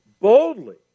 boldly